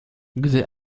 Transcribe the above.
gdy